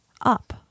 up